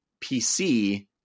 PC